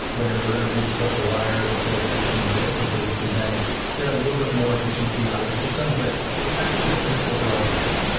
where we're going to read this over the wire as supposed to read it from a disk. and so we can then get a little bit more efficiency out of the system, but effectively the principles are all the same.